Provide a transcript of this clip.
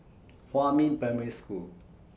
Huamin Primary School